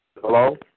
hello